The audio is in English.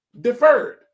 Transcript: deferred